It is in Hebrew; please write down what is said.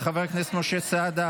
של חבר הכנסת משה סעדה,